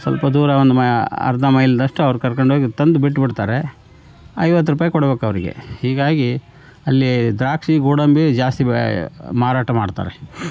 ಸ್ವಲ್ಪ ದೂರ ಒಂದು ಅರ್ಧ ಮೈಲಿದಷ್ಟು ಅವ್ರು ಕರಕೊಂಡೋಗಿ ತಂದು ಬಿಟ್ಟು ಬಿಡ್ತಾರೆ ಐವತ್ತು ರೂಪಾಯಿ ಕೊಡಬೇಕವ್ರಿಗೆ ಹೀಗಾಗಿ ಅಲ್ಲಿ ದ್ರಾಕ್ಷಿ ಗೋಡಂಬಿ ಜಾಸ್ತಿ ಮಾರಾಟ ಮಾಡ್ತಾರೆ